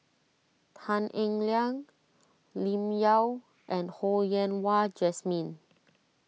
Tan Eng Liang Lim Yau and Ho Yen Wah Jesmine